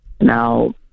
Now